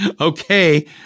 okay